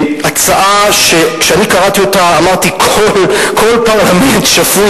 הצעה שכשאני קראתי אותה אמרתי: כל פרלמנט שפוי